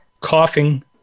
coughing